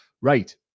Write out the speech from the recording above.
right